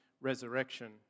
resurrection